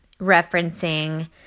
referencing